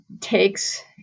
takes